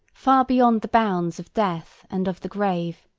far beyond the bounds of death and of the grave,